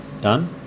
done